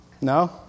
No